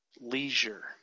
leisure